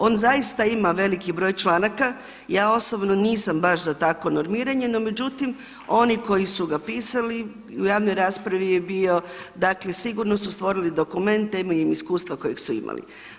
On zaista ima veliki broj članaka, ja osobno nisam baš za takvo normiranje no međutim oni koji su ga pisali, i u javnoj raspravi je bio, dakle sigurno su stvorili dokument temeljem iskustva kojeg su imali.